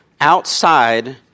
outside